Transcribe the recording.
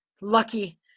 Lucky